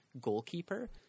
goalkeeper